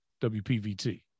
wpvt